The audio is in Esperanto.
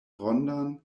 rondan